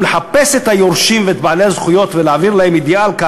לחפש את היורשים ואת בעלי הזכויות ולהעביר להם ידיעה על כך,